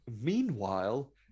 Meanwhile